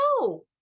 no